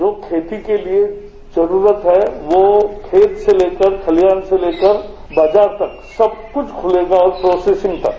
जो खेती के लिए जरूरत है वो खेत से लेकर खतिहान से लेकर बाजार तक सब कुछ खुलेगा प्रोसेसिंग तक